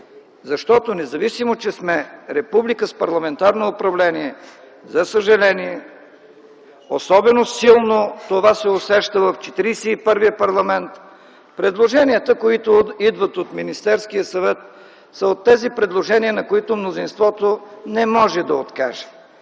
Защото, независимо че сме република с парламентарно управление, за съжаление, особено силно това се усеща в Четиридесет и първия парламент, предложенията, които идват от Министерския съвет са от тези предложения, на които мнозинството не може да откаже.